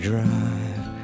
Drive